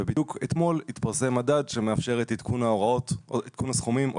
ובדיוק אתמול התפרסם מדד שמאפשר את עדכון הסכומים עוד